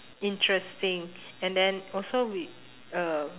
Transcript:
interesting and then also we um